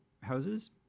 houses